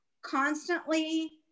constantly